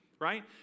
right